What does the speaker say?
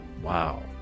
Wow